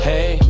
Hey